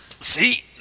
See